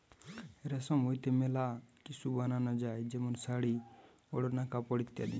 রেশম হইতে মেলা কিসু বানানো যায় যেমন শাড়ী, ওড়না, কাপড় ইত্যাদি